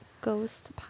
ghost